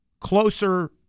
closer